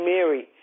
Mary